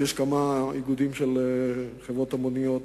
כי יש כמה איגודים של חברות המוניות,